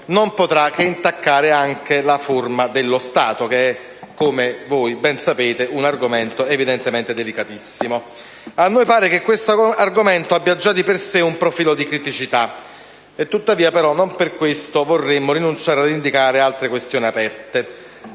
non potrà che intaccare anche la forma dello Stato, che, come ben sapete, è un argomento evidentemente molto delicato. A me pare che tale argomento abbia già di per sé un profilo di criticità, ma non per questo vorremmo rinunciare ad indicare altre questioni aperte,